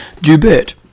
Dubert